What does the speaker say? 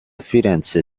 firenze